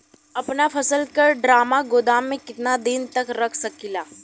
अपना फसल की ड्रामा गोदाम में कितना दिन तक रख सकीला?